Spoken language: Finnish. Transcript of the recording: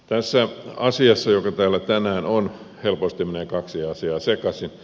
tässä asiassa joka täällä tänään on helposti menee kaksi asiaa sekaisin